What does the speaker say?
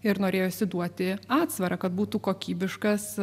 ir norėjosi duoti atsvarą kad būtų kokybiškas